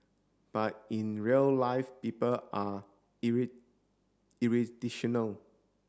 but in real life people are